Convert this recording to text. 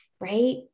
right